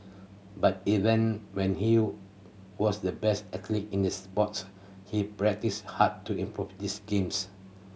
but even when he was the best in the sport he practised hard to improve this games